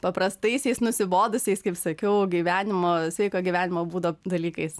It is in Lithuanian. paprastaisiais nusibodusiais kaip sakiau gyvenimo sveiko gyvenimo būdo dalykais